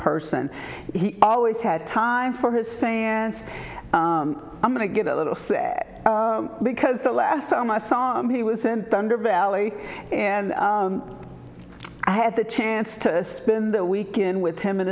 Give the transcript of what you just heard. person he always had time for his fans i'm going to get a little sad because the last time i saw him he was a thunder valley and i had the chance to spend the weekend with him and